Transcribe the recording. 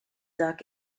duck